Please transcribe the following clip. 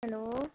hello